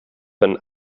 wenn